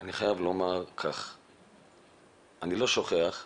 אני חייב לומר שאני לא שכח,